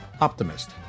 Optimist